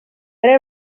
era